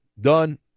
Done